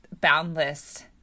boundless